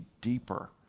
deeper